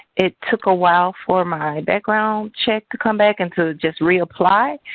it took a while for my background check to come back and to just reapply.